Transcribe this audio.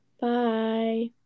Bye